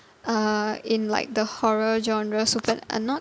uh in like the horror genre super~ uh not